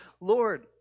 Lord